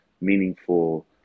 meaningful